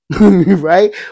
Right